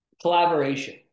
Collaboration